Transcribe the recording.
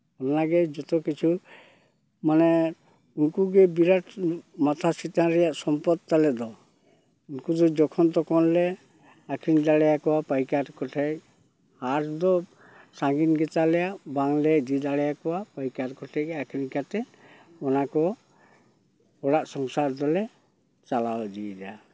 ᱱᱚᱣᱟ ᱜᱮ ᱡᱚᱛᱚ ᱠᱤᱪᱷᱩ ᱢᱟᱱᱮ ᱩᱱᱠᱩ ᱜᱮ ᱵᱤᱨᱟᱴ ᱢᱟᱛᱷᱟ ᱥᱤᱛᱟᱹᱱ ᱨᱮᱭᱟᱜ ᱥᱚᱢᱯᱚᱫ ᱛᱟᱞᱮ ᱫᱚ ᱩᱱᱠᱩ ᱫᱚ ᱡᱚᱠᱷᱚᱱ ᱛᱚᱠᱷᱚᱱ ᱞᱮ ᱟᱠᱷᱨᱤᱧ ᱫᱟᱲᱭᱟᱠᱚᱣᱟ ᱯᱟᱹᱭᱠᱟᱹᱨ ᱠᱚᱴᱷᱮᱱ ᱦᱟᱴ ᱫᱚ ᱥᱟᱺᱜᱤᱧ ᱜᱮᱛᱟᱞᱮᱭᱟ ᱵᱟᱝᱞᱮ ᱤᱫᱤ ᱫᱟᱲᱮᱭᱟᱠᱚᱣᱟ ᱯᱟᱹᱭᱠᱟᱹᱨ ᱠᱚᱴᱷᱮᱱ ᱜᱮ ᱟᱠᱷᱨᱤᱧ ᱠᱟᱛᱮ ᱚᱱᱟ ᱠᱚ ᱚᱲᱟᱜ ᱥᱚᱝᱥᱟᱨ ᱫᱚᱞᱮ ᱪᱟᱞᱟᱣ ᱤᱫᱤᱭᱮᱫᱟ